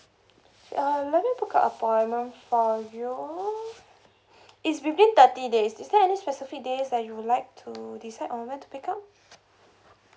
uh let me book a appointment for you it's within thirty days is there any specific days that you would like to decide on when to pick up